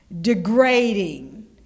degrading